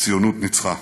הציונות ניצחה.